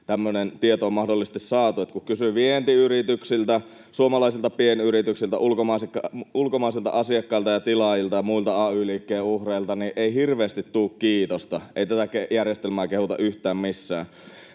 ryhmästä: Komissiosta!] Kun kysyy vientiyrityksiltä, suomalaisilta pienyrityksiltä, ulkomaisilta asiakkailta ja tilaajilta ja muilta ay-liikkeen uhreilta, niin ei hirveästi tule kiitosta. Ei tätä järjestelmää kehuta yhtään missään.